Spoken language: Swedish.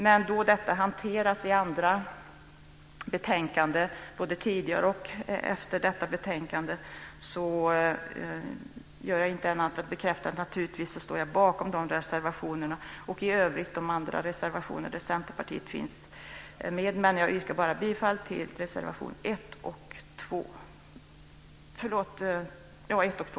Men då detta hanterats i andra betänkanden, både tidigare och efter detta betänkande, gör jag inget annat än bekräftar att jag naturligtvis står bakom dessa reservationer och övriga reservationer där Centerpartiet finns med. Jag yrkar bifall bara till reservationerna 1 och 2.